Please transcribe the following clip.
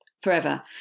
forever